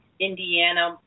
Indiana